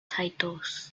titles